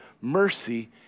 mercy